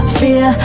fear